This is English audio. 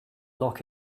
lock